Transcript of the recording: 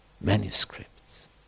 manuscripts